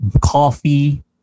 Coffee